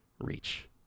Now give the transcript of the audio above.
reach